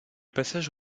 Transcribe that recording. passage